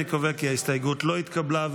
אני קובע כי ההסתייגות לא התקבלה.